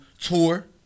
tour